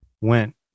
went